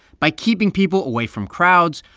by keeping people away from crowds,